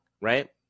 right